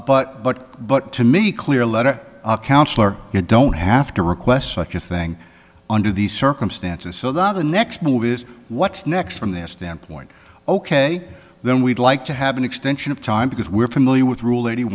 but but but to me clear letter counsellor you don't have to request such a thing under these circumstances so that the next move is what's next from their standpoint ok then we'd like to have an extension of time because we're familiar with rule